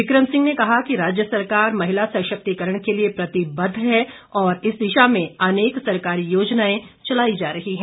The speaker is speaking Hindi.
बिक्रम सिंह ने कहा कि राज्य सरकार महिला सशक्तिकरण के लिए प्रतिबद्व है और इस दिशा में अनेक सरकारी योजनाएं चलाई जा रही है